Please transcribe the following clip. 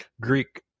Greek